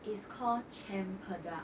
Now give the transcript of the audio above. it's call cempadak